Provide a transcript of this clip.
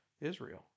Israel